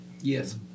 Yes